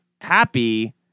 happy